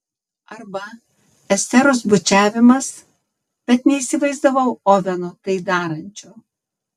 arba esteros bučiavimas bet neįsivaizdavau oveno tai darančio